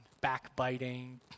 backbiting